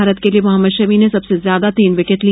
भारत के लिए मोहम्मद शमी ने सबसे ज्यादा तीन विंकेट लिए